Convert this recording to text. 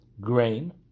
grain